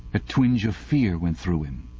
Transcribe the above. a twinge of fear went through him.